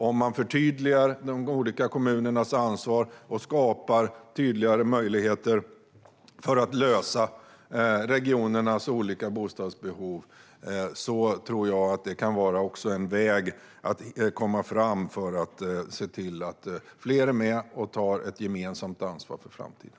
Om man förtydligar de olika kommunernas ansvar och skapar tydligare möjligheter för att lösa regionernas olika bostadsbehov tror jag att det kan vara en väg för att komma framåt och se till att fler är med och tar ett gemensamt ansvar inför framtiden.